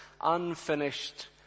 unfinished